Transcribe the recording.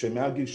מעל גיל 70?